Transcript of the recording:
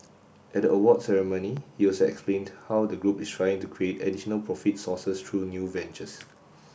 at the awards ceremony he also explained how the group is trying to create additional profits sources through new ventures